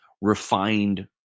refined